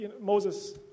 Moses